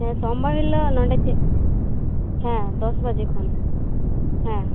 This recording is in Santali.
ᱦᱮᱸ ᱥᱚᱢᱵᱟᱨ ᱦᱤᱞᱳᱜ ᱱᱚᱸᱰᱮ ᱪᱮᱫ ᱦᱮᱸ ᱫᱚᱥᱵᱟᱡᱮ ᱠᱷᱚᱱ